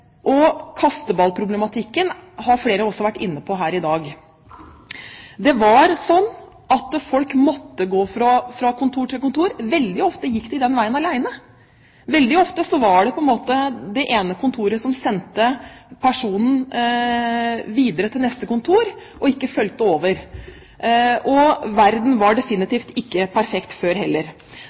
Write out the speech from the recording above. døra. Kasteballproblematikken har flere også vært inne på her i dag. Det var sånn at folk måtte gå fra kontor til kontor – veldig ofte gikk de den veien alene. Veldig ofte var det det ene kontoret som sendte personen videre til neste kontor, og ikke fulgte over. Verden var definitivt ikke perfekt før heller.